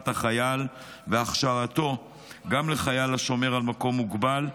החייל והכשרתו גם לחייל השומר על מקום מוגבל,